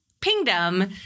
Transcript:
Pingdom